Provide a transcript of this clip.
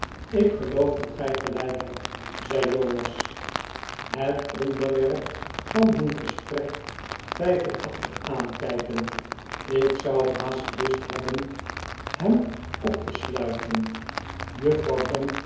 ik geloof dat gij gelijk hebt zei jonas het onderwerp van hun gesprek twijfelachtig aankijkend r ik zou haast lust hebben hem op te sluiten juffrouw